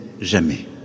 jamais